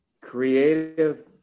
creative